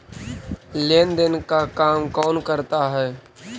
लेन देन का काम कौन करता है?